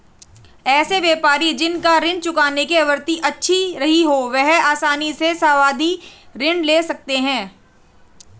ऐसे व्यापारी जिन का ऋण चुकाने की आवृत्ति अच्छी रही हो वह आसानी से सावधि ऋण ले सकते हैं